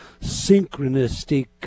synchronistic